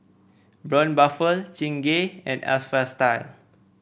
Braun Buffel Chingay and Alpha Style